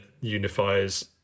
unifies